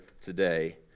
today